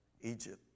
Egypt